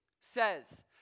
...says